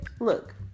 Look